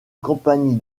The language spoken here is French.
compagnie